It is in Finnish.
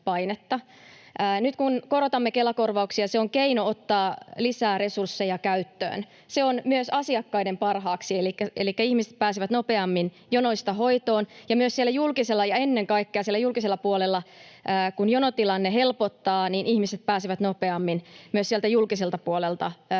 Nyt kun korotamme Kela-korvauksia, se on keino ottaa lisää resursseja käyttöön. Se on myös asiakkaiden parhaaksi, elikkä ihmiset pääsevät nopeammin jonoista hoitoon, ja myös siellä julkisella ja ennen kaikkea siellä julkisella puolella, kun jonotilanne helpottaa, ihmiset pääsevät nopeammin hoidon piiriin ja hoitoon,